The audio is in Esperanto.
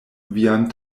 vian